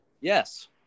yes